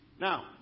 Now